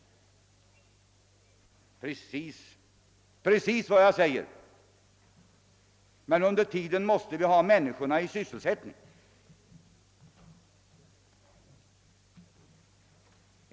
Precis vad jag säger. Men under tiden måste vi hålla människorna sysselsatta.